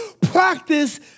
practice